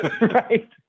Right